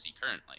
currently